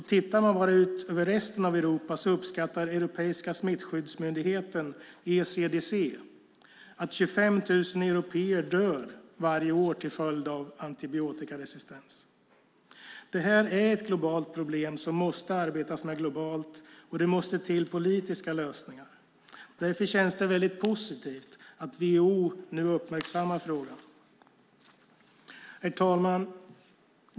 Tittar man bara ut över resten av Europa ser man att Europeiska smittskyddsmyndigheten ECDC uppskattar att 25 000 européer dör varje år till följd av antibiotikaresistens. Detta är ett globalt problem som man måste arbeta med globalt, och det måste till politiska lösningar. Därför känns det väldigt positivt att WHO nu uppmärksammar frågan. Herr talman!